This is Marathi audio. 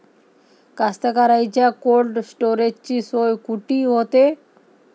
कास्तकाराइच्या कोल्ड स्टोरेजची सोय कुटी होते?